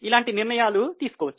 ఇలాంటి నిర్ణయాలు తీసుకోవచ్చు